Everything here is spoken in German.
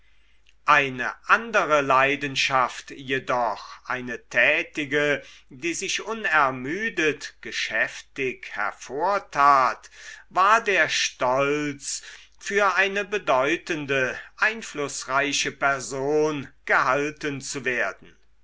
eine andere leidenschaft jedoch eine tätige die sich unermüdet geschäftig hervortat war der stolz für eine bedeutende einflußreiche person gehalten zu werden